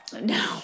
no